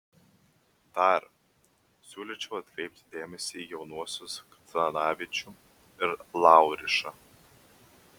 dar siūlyčiau atkreipti dėmesį į jaunuosius kdanavičių ir laurišą